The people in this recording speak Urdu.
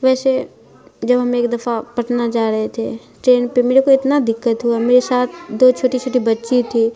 ویسے جب ہم ایک دفعہ پٹنہ جا رہے تھے ٹرین پہ میرے کو اتنا دقت ہوا میرے ساتھ دو چھوٹی چھوٹی بچی تھی